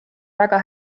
väga